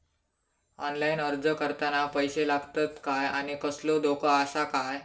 Online अर्ज करताना पैशे लागतत काय आनी कसलो धोको आसा काय?